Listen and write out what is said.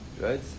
right